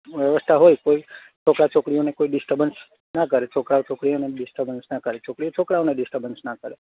વ્યવસ્થા હોય કોઈ છોકરા છોકરીઓને કોઈ ડિસ્ટર્બેંસ ના કરે છોકરા છોકરીઓને ડિસ્ટર્બેંસ ના કરે છોકરી છોકરાઓને ડિસ્ટર્બેંસ ના કરે